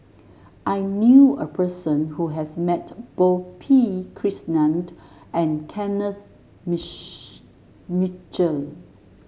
I knew a person who has met both P Krishnan and Kenneth Mitchell